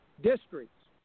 districts